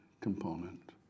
component